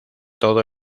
todo